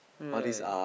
right